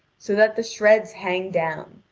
so that the shreds hang down,